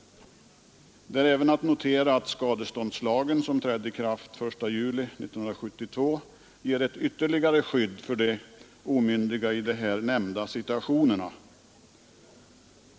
Det är även att notera att skadeståndslagen, som trädde i kraft den 1 juli 1972, ger ytterligare skydd för omyndiga i de här nämnda situationerna.